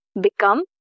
become